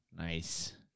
Nice